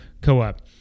co-op